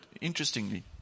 interestingly